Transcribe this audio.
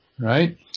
right